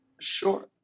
Sure